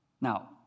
Now